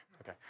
okay